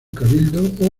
cabildo